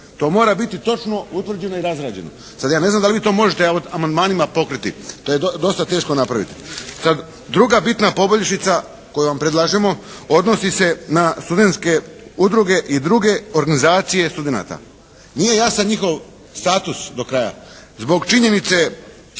To mora biti točno utvrđeno i razrađeno. Sad ja ne znam da li vi to možete amandmanima pokriti, to je dosta teško napraviti. Sad druga bitna poboljšica koju vam predlažemo odnosi se na studenske udruge i druge organizacije studenata. Nije jasan njihov status do kraja zbog činjenice